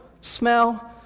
smell